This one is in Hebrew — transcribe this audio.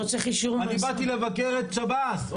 אני באתי לבקר את שב"ס.